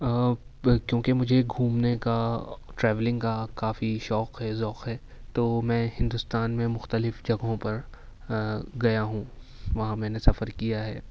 کیونکہ مجھے گھومنے کا ٹریولنگ کا کافی شوق ہے ذوق ہے تو میں ہندوستان میں مختلف جگہوں پر گیا ہوں وہاں میں نے سفر کیا ہے